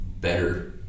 better